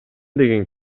деген